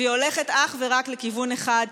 והיא הולכת אך ורק לכיוון אחד,